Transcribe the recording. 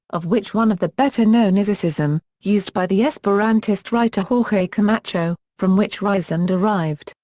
of which one of the better known is icism used by the esperantist writer jorge camacho, from which riism derived.